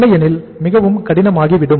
இல்லையெனில் மிகவும் கடினமாகிவிடும்